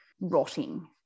rotting